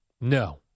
No